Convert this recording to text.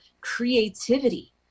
creativity